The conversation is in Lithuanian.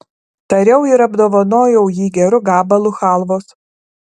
tariau ir apdovanojau jį geru gabalu chalvos